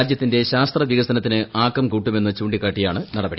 രാജ്യത്തിന്റെ ശാസ്ത്ര വികസനത്തിന് ആക്കം കൂട്ടുമെന്ന് ചൂണ്ടിക്കാട്ടിയാണ് നടപടി